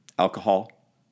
Alcohol